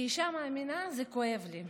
כאישה מאמינה זה כואב לי.